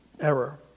error